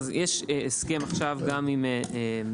אז יש הסכם עכשיו גם עם הנציגים,